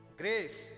Grace